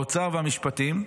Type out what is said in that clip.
האוצר והמשפטים,